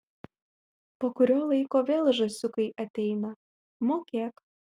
po kurio laiko vėl žąsiukai ateina mokėk